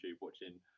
watching